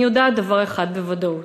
אני יודעת דבר בוודאות: